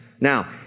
Now